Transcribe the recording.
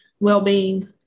well-being